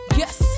yes